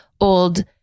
Old